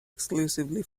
exclusively